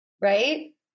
right